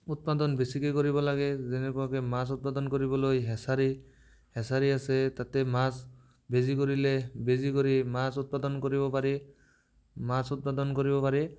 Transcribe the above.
উৎপাদন বেছিকে কৰিব লাগে যেনেকুৱাকে মাছ উৎপাদন কৰিবলৈ হেছাৰি হেছাৰি আছে তাতে মাছ বেজী কৰিলে বেজী কৰি মাছ উৎপাদন কৰিব পাৰি মাছ উৎপাদন কৰিব পাৰি